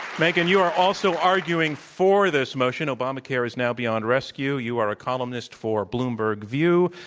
megan, you are also arguing for this motion, obamacare is now beyond rescue. you are a columnist for bloomberg view.